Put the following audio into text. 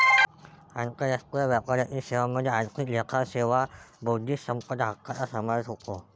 आंतरराष्ट्रीय व्यापारातील सेवांमध्ये आर्थिक लेखा सेवा बौद्धिक संपदा हक्कांचा समावेश होतो